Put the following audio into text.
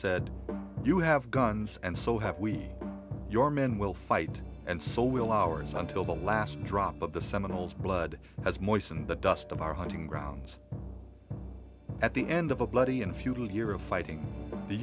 said you have guns and so have we your men will fight and so will hours until the last drop of the seminoles blood has moistened the dust of our hunting grounds at the end of a bloody and futile year of fighting the